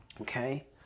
Okay